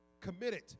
Committed